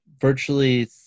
virtually